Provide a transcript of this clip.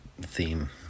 theme